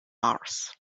mars